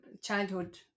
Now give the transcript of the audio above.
childhood